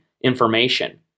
information